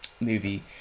movie